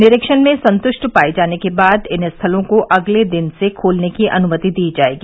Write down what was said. निरीक्षण में संतुष्ट पाए जाने के बाद इन स्थलों को अगले दिन से खोलने की अनुमति दी जाएगी